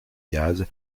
gaz